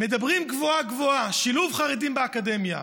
מדברים גבוהה-גבוהה: שילוב חרדים באקדמיה,